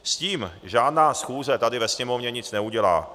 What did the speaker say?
S tím žádná schůze tady ve Sněmovně nic neudělá.